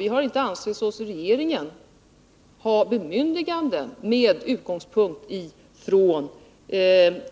Vi har inte i regeringen ansett oss ha bemyndigande — med utgångspunkt i